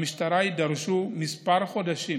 למשטרה יידרשו כמה חודשים